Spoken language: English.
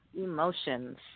emotions